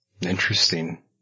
Interesting